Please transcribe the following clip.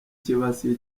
kibasiye